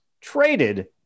traded